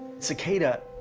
cicada,